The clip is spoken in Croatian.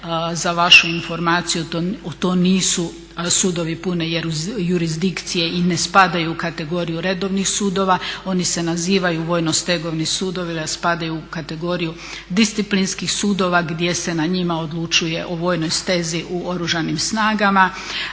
Za vašu informaciju to nisu sudovi pune jurisdikcije i ne spadaju u kategoriju redovnih sudova. Oni se nazivaju vojno-stegovni sudovi, jer spadaju u kategoriju disciplinskih sudova gdje se na njima odlučuje o vojnoj stezi u Oružanim snagama.